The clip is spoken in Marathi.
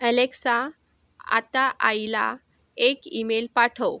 अॅलेक्सा आता आईला एक ईमेल पाठव